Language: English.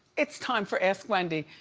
it's time for ask wendy.